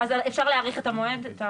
אפשר להאריך את המועד?